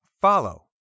follow